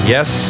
Yes